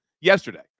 yesterday